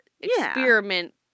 experiment